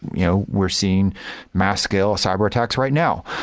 you know we're seeing mass scale cyber-attacks right now,